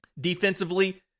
Defensively